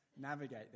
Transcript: navigate